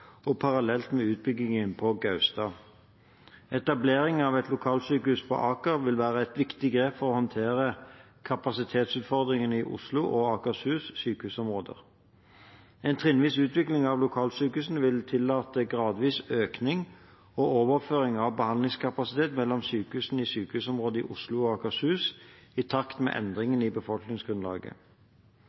og parallelt med utbyggingen på Gaustad. Etablering av et lokalsykehus på Aker vil være et viktig grep for å håndtere kapasitetsutfordringene i sykehusområdene Oslo og Akershus. En trinnvis utvikling av lokalsykehuset vil tillate gradvis økning og overføring av behandlingskapasitet mellom sykehusene i sykehusområdene Oslo og Akershus i takt med endringer i befolkningsgrunnlaget.